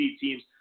teams